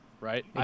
right